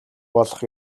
болох